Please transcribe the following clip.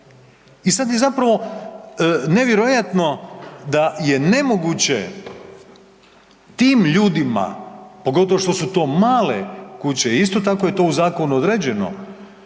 i sad je zapravo nevjerojatno da je nemoguće tim ljudima, pogotovo što su to male kuće, isto tako je to u Zakonu određeno